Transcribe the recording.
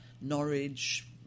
norwich